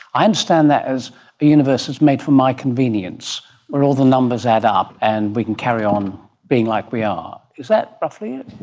i understand that as the universe is made for my convenience where all the numbers add up and we can carry on being like we are. is that roughly it?